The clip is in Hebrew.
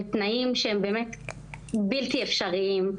בתנאים בלתי אפשריים,